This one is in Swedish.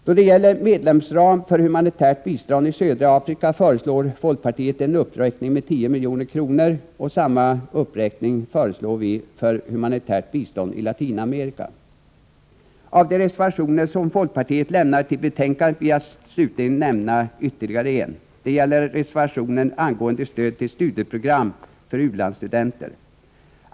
Då det gäller medelsram för humanitärt bistånd i södra Afrika föreslår folkpartiet en uppräkning med 10 milj.kr., och samma uppräkning föreslår vi för humanitärt bistånd i Latinamerika. Av de reservationer som folkpartiet lämnat till betänkandet vill jag slutligen nämna ytterligare en. Det gäller reservationen angående stöd till studieprogram för u-landsstudenter.